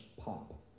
pop